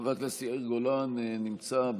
חבר הכנסת יאיר גולן, נמצא.